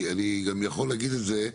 אני גם יכול להגיד את זה,